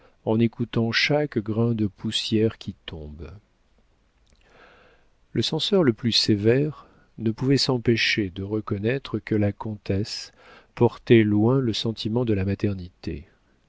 en écoutant chaque grain de poussière qui tombe le censeur le plus sévère ne pouvait s'empêcher de reconnaître que la comtesse portait loin le sentiment de la maternité